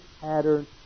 pattern